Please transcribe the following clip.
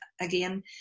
again